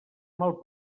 mal